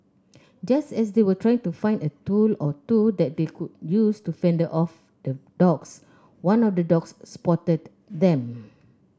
just as they were trying to find a tool or two that they could use to fend off the dogs one of the dogs spotted them